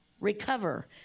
recover